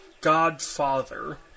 godfather